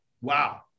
Wow